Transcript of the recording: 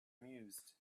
mused